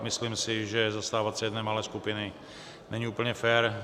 Myslím si, že zastávat se jedné malé skupiny není úplně fér.